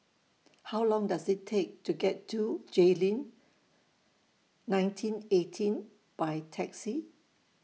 How Long Does IT Take to get to Jayleen nineteen eighteen By Taxi